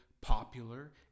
popular